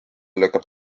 lükkab